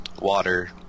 water